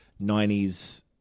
90s